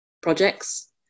projects